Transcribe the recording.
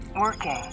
working